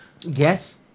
Yes